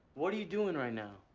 what are you doing right now?